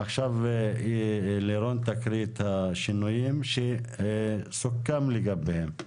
ועכשיו לירון תקריא את השינויים שסוכם לגביהם.